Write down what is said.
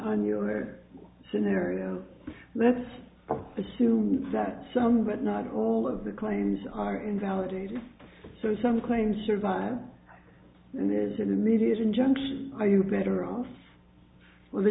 in your scenario let's assume that some but not all of the claims are invalidated so some claims survive and there's an immediate injunction are you better off with